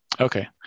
Okay